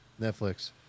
netflix